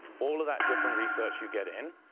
all of that different research you get in,